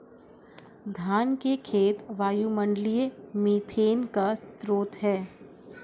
धान के खेत वायुमंडलीय मीथेन का स्रोत हैं